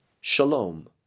Shalom